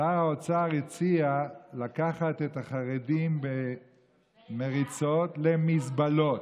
שר האוצר הציע לקחת את החרדים במריצות למזבלות.